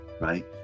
right